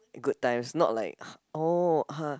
good times not like oh !huh!